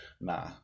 Nah